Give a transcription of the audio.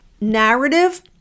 narrative